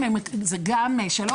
זה גם 3,